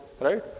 right